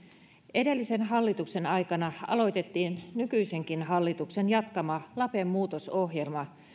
edellisen hallituksen aikana aloitettiin nykyisenkin hallituksen jatkama lape muutosohjelma